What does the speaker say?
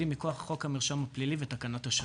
מכוח חוק המרשם הפלילי ותקנות השבים.